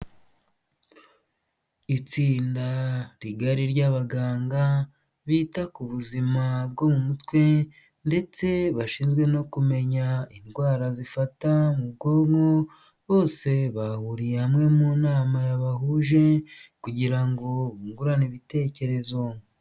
Itsinda rigari ry'abaganga bita ku buzima bwo mu mutwe, ndetse bashinzwe no kumenya indwara zifata mu bwonko bose bahuriye hamwe mu nama bahuje kugira ngo bungurane ibitekerezo.